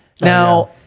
Now